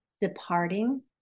departing